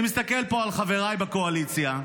אני מסתכל פה על חבריי בקואליציה,